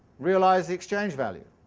realize the exchange-value?